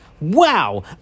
Wow